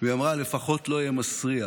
והיא אמרה: לפחות לא יהיה מסריח